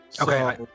okay